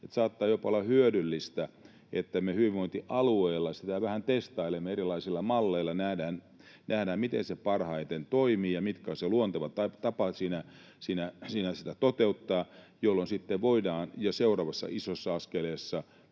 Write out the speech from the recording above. saattaa jopa olla hyödyllistä, että me hyvinvointialueilla sitä vähän testailemme erilaisilla malleilla, jotta nähdään, miten se parhaiten toimii ja mikä on se luonteva tapa siinä sitä toteuttaa, jolloin sitten voidaan jo seuraavassa isossa askeleessa